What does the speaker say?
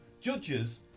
judges